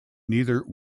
neither